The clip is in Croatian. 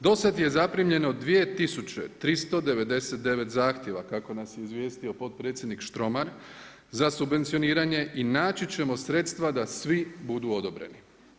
Do sad je zaprimljeno 2 399 zahtjeva kako nas je izvijestio potpredsjednik Štromar za subvencioniranje i naći ćemo sredstva da svi budu odobreni.